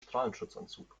strahlenschutzanzug